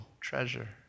treasure